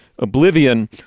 Oblivion